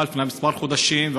לפני כמה חודשים,